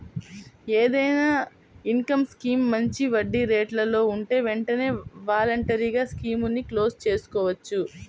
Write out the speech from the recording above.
ఏదైనా income scheme మంచి వడ్డీరేట్లలో ఉంటే వెంటనే వాలంటరీగా స్కీముని క్లోజ్ చేసుకోవచ్చు